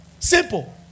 Simple